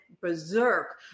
berserk